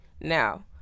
Now